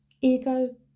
ego